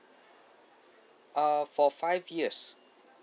err for five years